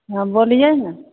हँ बोलिए ने